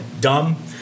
dumb